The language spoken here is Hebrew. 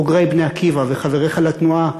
בוגרי "בני עקיבא" וחבריך לתנועה,